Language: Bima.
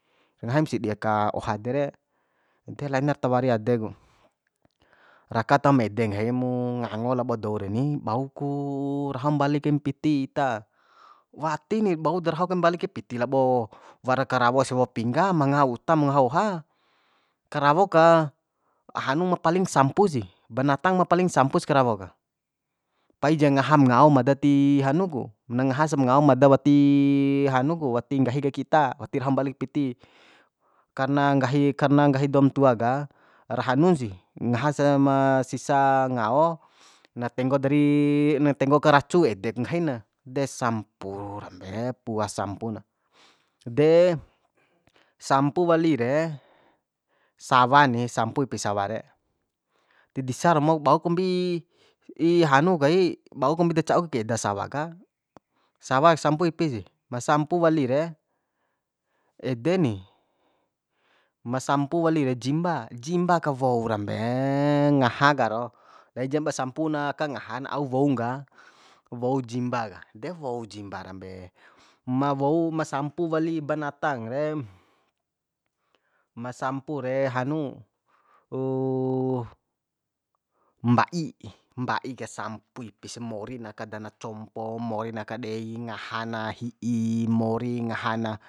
Ngaha aim sidi aka oha ede re de lainar tawari ade ku raka tahom ede nggahi mu ngango labo dou reni bau ku rahom mbali kaim piti ta wati ni bau da raho mbali kai piti labo wara karawo ese wawo pingga ma ngaha utam ngaha oha karawo ka hanu ma paling sampu sih banatang ma paling sampus karawo ka paija ngaham ngao mda ti hanu ku na ngaha sam ngao mada wati hanu ku wati nggahi kaik ita wati raho mbalik piti karna nggahi karna nggahi dou tua ka ra hanun si ngahasa ma sisa ngao na tenggo dari na tenggo ka racu edek nggahi na de sampu rambe puasampu na de sampu wali re sawa ni sampu ipi sawa re ti disa romok bau kombi hanu kai bau kombi da ca'u kaik eda sawa ka sawa sampu ipi sih ma sampu wali re ede ni ma sampu wali re jimba jimba ka wou rambe ngaha karo laijama sampu na aka ngaha na au woungka wou jimba ka de wou jimba rambe ma wou ma sampu wali banatang re ma sampu re hanu mba'i mba'i ka sampu ipi sih morin aka dana compo morina aka dei ngaha na hi'i mori ngaha na